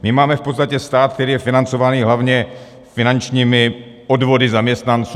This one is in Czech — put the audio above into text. My máme v podstatě stát, který je financován hlavně finančními odvody zaměstnanců.